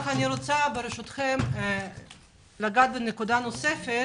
ברשותכם נעבור לנקודה נוספת